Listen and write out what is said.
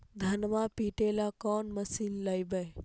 धनमा पिटेला कौन मशीन लैबै?